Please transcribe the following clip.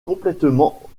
complètement